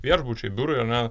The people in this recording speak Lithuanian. viešbučiai biurai ar ne